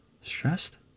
stressed